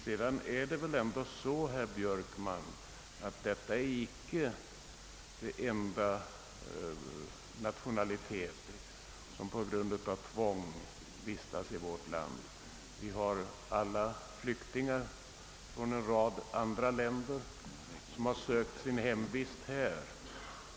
Vidare är väl detta, herr Björkman, icke den enda nationalitet som på grund av tvång vistas i Sverige. Vi har flyktingar från en rad andra länder, som har sökt sin hemvist här.